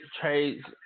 trades